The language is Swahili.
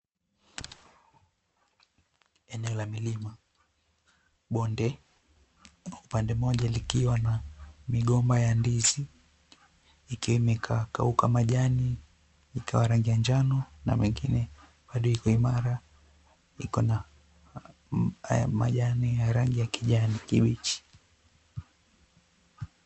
Eneo la milima, bonde. Kwa upande mmoja likiwa na migomba ya ndizi ikiwa imekauka majani ikawa rangi ya njano na mengine bado iko imara. Iko na haya majani ya rangi ya kijani kibichi.